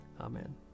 Amen